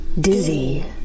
Dizzy